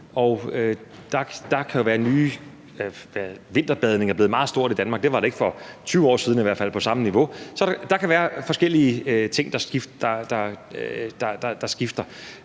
Der kan jo være nye ting. Vinterbadning er blevet meget stort i Danmark; det var det ikke for 20 år siden i hvert fald, ikke på samme niveau. Så der kan være forskellige ting, der skifter.